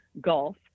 golf